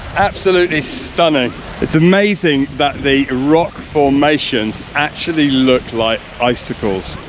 absolutely stunning it's amazing that the rock formations actually looked like icicles,